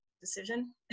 decision